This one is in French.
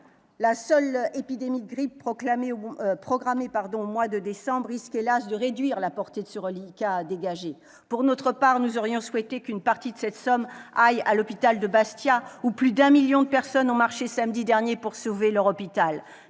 La seule épidémie de grippe programmée au mois de décembre risque de réduire la portée de ce reliquat. Pour notre part, nous aurions souhaité qu'une partie de cette somme aille à l'hôpital de Bastia, que plus d'un millier de personnes ont manifesté samedi dernier pour sauver.